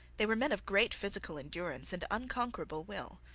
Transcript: they were men of great physical endurance and unconquerable will.